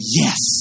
yes